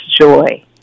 joy